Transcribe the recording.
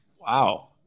wow